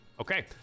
Okay